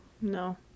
No